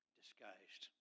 disguised